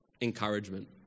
encouragement